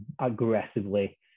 aggressively